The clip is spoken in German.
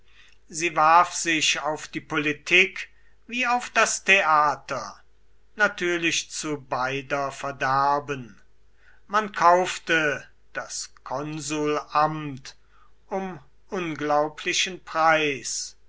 sie warf sich auf die politik wie auf das theater natürlich zu beider verderben man kaufte das konsulamt um unglaublichen preis